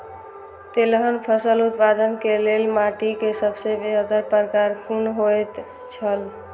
तेलहन फसल उत्पादन के लेल माटी के सबसे बेहतर प्रकार कुन होएत छल?